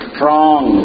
Strong